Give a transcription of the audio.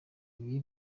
ibi